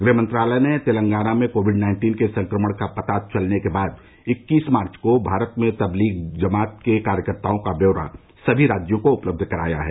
गृह मंत्रालय ने तेलंगाना में कोविड नाइन्टीन के संक्रमण का पता चलने के बाद इक्कीस मार्च को भारत में तबलीग जमात के कार्यकर्ताओं का ब्योरा सभी राज्यों को उपलब्ध कराया है